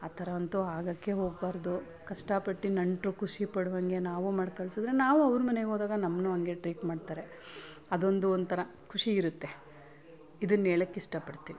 ಆ ಥರ ಅಂತೂ ಆಗೋಕ್ಕೆ ಹೋಗಬಾರ್ದು ಕಷ್ಟ ಪಟ್ಟು ನೆಂಟ್ರು ಖುಷಿ ಪಡುವಂತೆ ನಾವೂ ಮಾಡಿ ಕಳ್ಸಿದ್ರೆ ನಾವೂ ಅವ್ರ ಮನೆಗೆ ಹೋದಾಗ ನಮ್ಮನ್ನೂ ಹಂಗೆ ಟ್ರೀಟ್ ಮಾಡ್ತಾರೆ ಅದೊಂದು ಒಂಥರ ಖುಷಿ ಇರುತ್ತೆ ಇದನ್ನ ಹೇಳೋಕೆ ಇಷ್ಟ ಪಡ್ತೀನಿ